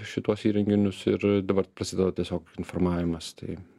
šituos įrenginius ir dabar prasideda tiesiog informavimas tai